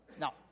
Now